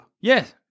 Yes